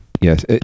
yes